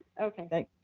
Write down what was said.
okay.